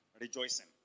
Rejoicing